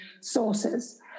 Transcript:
sources